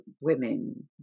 women